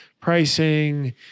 pricing